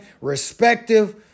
respective